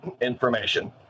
information